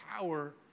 power